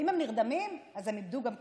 ואם הם נרדמים אז הם איבדו גם כסף.